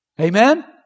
Amen